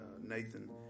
nathan